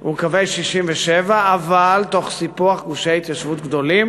הוא קווי 67', אבל תוך סיפוח גושי התיישבות גדולים